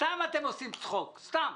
סתם אתם עושים צחוק, סתם.